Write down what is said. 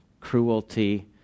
cruelty